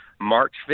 March